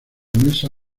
mesa